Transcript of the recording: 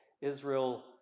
Israel